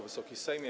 Wysoki Sejmie!